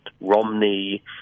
Romney